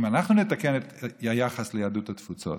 אם אנחנו נתקן את היחס ליהדות התפוצות